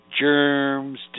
germs